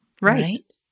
Right